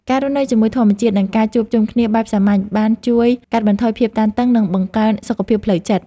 ការរស់នៅជាមួយធម្មជាតិ និងការជួបជុំគ្នាបែបសាមញ្ញបានជួយកាត់បន្ថយភាពតានតឹង និងបង្កើនសុខភាពផ្លូវចិត្ត។